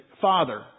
father